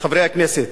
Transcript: חברי הכנסת,